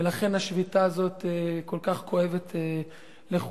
ולכן השביתה הזאת כל כך כואבת לכולנו.